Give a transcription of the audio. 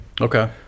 Okay